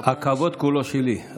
הכבוד כולו שלי.